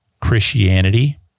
Christianity